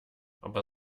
aber